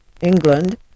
england